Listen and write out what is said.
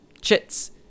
Chits